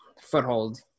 foothold